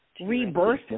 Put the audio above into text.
rebirth